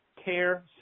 Care